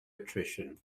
attrition